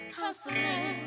hustling